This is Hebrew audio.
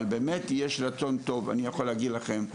אבל באמת יש רצון טוב, אני יכול להגיד לכם.